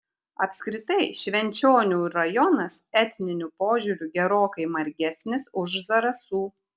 apskritai švenčionių rajonas etniniu požiūriu gerokai margesnis už zarasų